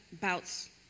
bouts